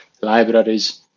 libraries